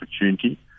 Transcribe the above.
opportunity